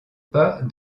pas